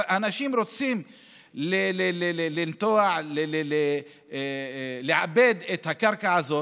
אנשים רוצים לנטוע, לעבד את הקרקע הזאת.